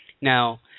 now